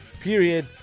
Period